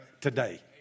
today